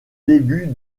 début